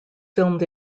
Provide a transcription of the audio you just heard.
filmed